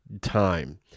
time